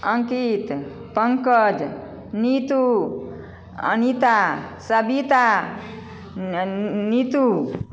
Ankit Pankaj Neetu Anita Savita Neetu